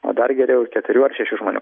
o dar geriau ir keturių ar šešių žmonių